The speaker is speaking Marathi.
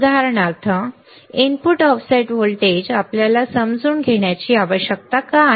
उदाहरणार्थ इनपुट ऑफसेट व्होल्टेज आपल्याला समजून घेण्याची आवश्यकता का आहे